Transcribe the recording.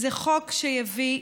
זה חוק שיביא,